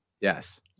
Yes